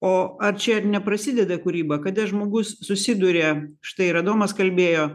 o ar čia neprasideda kūryba kada žmogus susiduria štai ir adomas kalbėjo